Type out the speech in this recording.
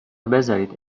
بذارید